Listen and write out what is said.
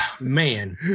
man